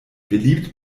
beliebt